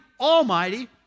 almighty